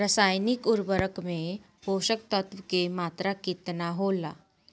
रसायनिक उर्वरक मे पोषक तत्व के मात्रा केतना होला?